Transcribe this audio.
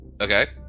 Okay